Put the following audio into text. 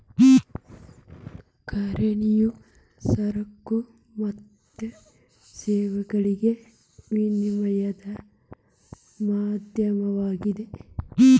ಕರೆನ್ಸಿಯು ಸರಕು ಮತ್ತು ಸೇವೆಗಳಿಗೆ ವಿನಿಮಯದ ಮಾಧ್ಯಮವಾಗಿದೆ